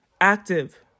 Active